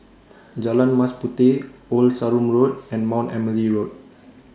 Jalan Mas Puteh Old Sarum Road and Mount Emily Road